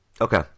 Okay